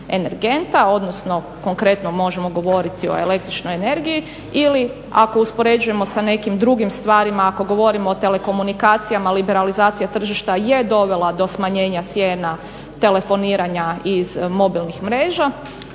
odnosno konkretno možemo govoriti o električnoj energiji ili ako uspoređujemo sa nekim drugim stvarima, ako govorimo o telekomunikacijama, liberalizacija tržišta je dovela do smanjena cijena telefoniranja iz mobilnih mreža.